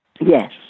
yes